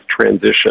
transition